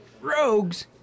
Rogues